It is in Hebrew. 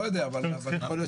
יכול להיות